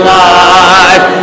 life